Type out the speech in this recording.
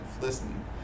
listening